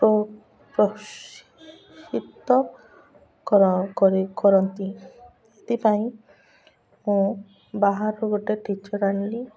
ପ୍ର ପ୍ରଶିକ୍ଷିତ କରାଅ କରି କରନ୍ତି ଏଥିପାଇଁ ମୁଁ ବାହାରୁ ଗୋଟେ ଟିଚର ଆଣିଲି